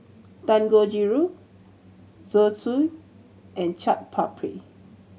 Dangojiru Zosui and Chaat Papri